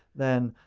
then,